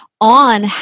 on